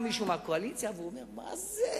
ואמר: מה זה,